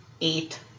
eight